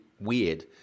weird